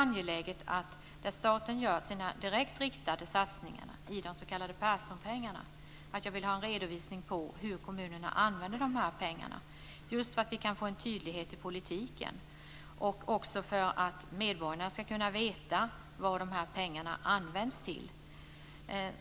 När staten gör sina direkt riktade satsningar genom t.ex. de s.k. Perssonpengarna ser jag det som angeläget med en redovisning av hur kommunerna använder dessa pengar så att vi kan få en tydlighet i politiken och också för att medborgarna ska kunna veta vad pengarna används till.